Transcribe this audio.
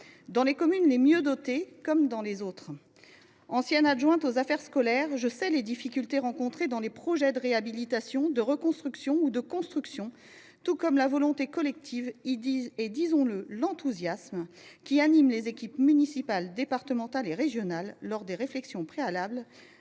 dans les communes les mieux dotées comme dans les autres. Ancienne adjointe aux affaires scolaires, je sais les difficultés rencontrées dans les projets de réhabilitation, de reconstruction ou de construction. Je connais aussi la volonté collective et, disons le, l’enthousiasme qui animent les équipes municipales, départementales et régionales lors des réflexions préalables